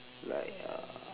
like uh